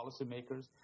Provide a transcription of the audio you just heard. policymakers